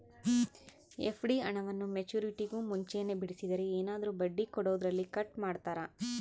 FD ಹಣವನ್ನು ಮೆಚ್ಯೂರಿಟಿಗೂ ಮುಂಚೆನೇ ಬಿಡಿಸಿದರೆ ಏನಾದರೂ ಬಡ್ಡಿ ಕೊಡೋದರಲ್ಲಿ ಕಟ್ ಮಾಡ್ತೇರಾ?